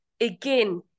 again